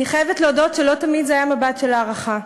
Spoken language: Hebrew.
אני חייבת להודות שלא תמיד זה היה מבט של הערכה,